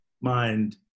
mind